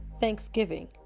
thanksgiving